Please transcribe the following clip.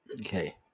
Okay